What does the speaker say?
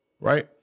right